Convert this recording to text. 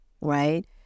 right